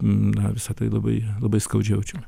na visa tai labai labai skaudžiai jaučiam